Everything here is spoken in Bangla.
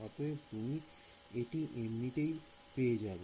অতএব তুমি এটি এমনিতেই পেয়ে যাবে